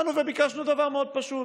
באנו וביקשנו דבר מאוד פשוט.